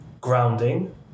grounding